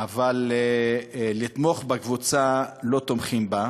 אבל לתמוך בקבוצה, לא תומכים בה.